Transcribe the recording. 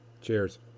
Cheers